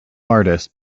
artist